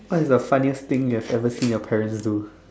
what is the funniest thing you have ever seen your parents do